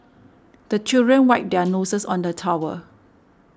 the children wipe their noses on the towel